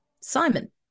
Simon